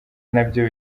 nabyo